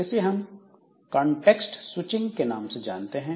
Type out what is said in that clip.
इसे हम context switching के नाम से जानते हैं